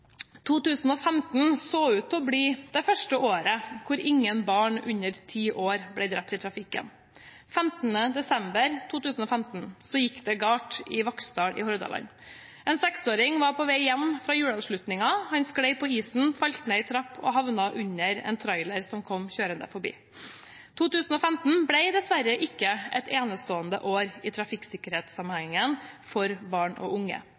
2015 så ut til å bli det første året hvor ingen barn under ti år ble drept i trafikken. Men 15. desember 2015 gikk det galt i Vaksdal i Hordaland. En seksåring var på vei hjem fra juleavslutning. Han skled på isen, falt ned en trapp og havnet under en trailer som kom kjørende forbi. 2015 ble dessverre ikke et enestående år i trafikksikkerhetssammenheng for barn og unge.